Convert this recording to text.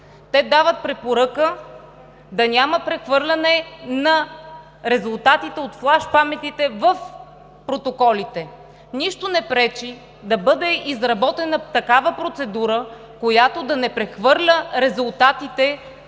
Те дават препоръка да няма прехвърляне на резултатите от флаш паметите в протоколите. Нищо не пречи да бъде изработена такава процедура, която да не прехвърля резултатите